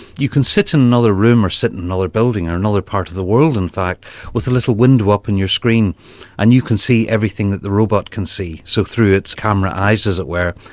you can sit in another room, or sit in another building or another part of the world in fact with a little window up on your screen and you can see everything that the robot can see. so through its camera eyes, as it were,